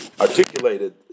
articulated